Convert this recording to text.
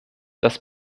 das